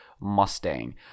Mustang